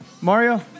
Mario